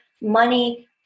money